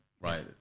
right